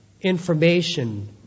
information